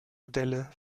modelle